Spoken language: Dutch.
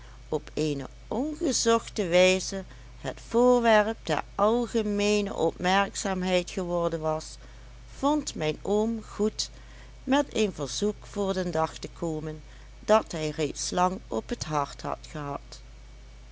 op eene ongezochte wijze het voorwerp der algemeene opmerkzaamheid geworden was vond mijn oom goed met een verzoek voor den dag te komen dat hij reeds lang op t hart had gehad